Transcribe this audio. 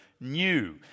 new